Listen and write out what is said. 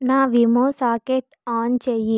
నా విమో socket on చెయ్యి